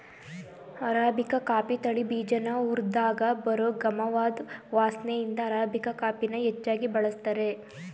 arabica coffee ತಳಿ ಬೀಜನ ಹುರ್ದಾಗ ಬರೋ ಗಮವಾದ್ ವಾಸ್ನೆಇಂದ ಅರಾಬಿಕಾ ಕಾಫಿನ ಹೆಚ್ಚಾಗ್ ಬಳಸ್ತಾರೆ